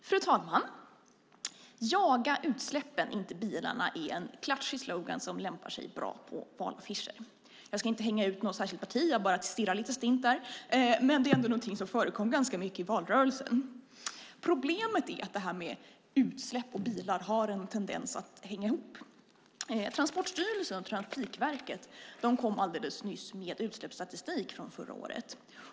Fru talman! Jaga utsläppen, inte bilarna är en klatschig slogan som lämpar sig bra på valaffischer. Det förekom ganska mycket i valrörelsen. Jag ska inte hänga ut något särskilt parti - jag bara stirrar stint. Problemet är att utsläpp och bilar har en tendens att hänga ihop. Transportstyrelsen och Trafikverket kom alldeles nyligen med utsläppsstatistik för förra året.